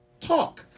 talk